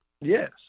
Yes